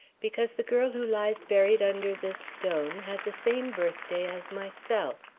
because the girl who lies buried under this stone had the same birthday as myself.